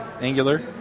Angular